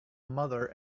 mother